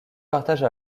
partage